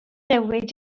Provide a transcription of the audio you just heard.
newid